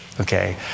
Okay